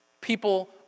People